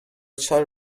shall